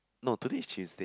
no today is Tuesday